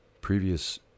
previous